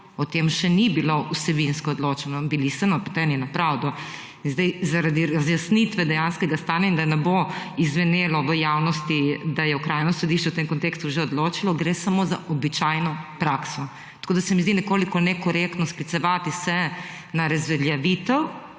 o tem še ni bilo vsebinsko odločeno, bili so napoteni na pravdo. Sedaj, zaradi razjasnitve dejanskega stanja in da ne bo izzvenelo v javnosti, da je okrajno sodišče v tem kontekstu že odločilo gre samo za običajno prakso tako, da se mi zdi nekoliko nekorektno sklicevati se na razveljavitev,